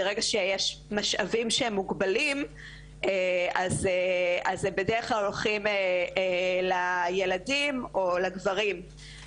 ברגע שיש משאבים שהם מוגבלים אז הם בדרך כלל הולכים לילדים או לגברים,